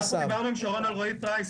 דיברנו עם ד"ר שרון אלרעי פרייס.